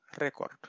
record